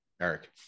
Eric